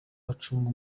gucunga